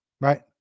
right